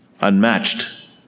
unmatched